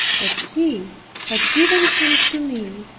that he had given him to me,